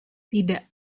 tidak